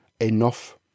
enough